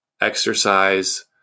exercise